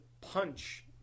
punch